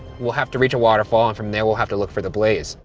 we'll have to reach a waterfall, and from there we'll have to look for the blaze.